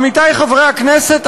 עמיתי חברי הכנסת,